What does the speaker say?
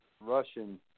Russian